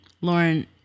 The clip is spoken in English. Lauren